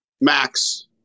Max